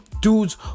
Dudes